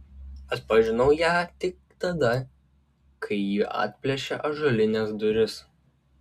atpažinau ją tik tada kai ji atplėšė ąžuolines duris